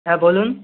হ্যাঁ বলুন